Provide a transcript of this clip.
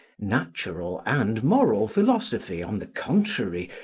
natural and moral philosophy, on the contrary,